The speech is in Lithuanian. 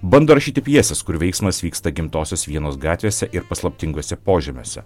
bando rašyti pjeses kur veiksmas vyksta gimtosios vienos gatvėse ir paslaptinguose požemiuose